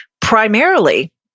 primarily